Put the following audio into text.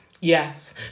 Yes